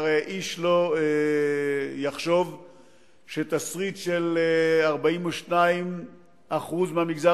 והרי איש לא יחשוב שתסריט של 42% מהמגזר